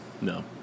No